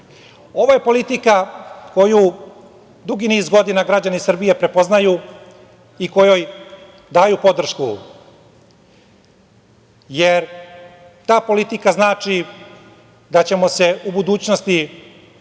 je politika koju dugi niz godina građani Srbije prepoznaju i kojoj daju podršku, jer ta politika znači da ćemo se u budućnosti